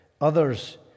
others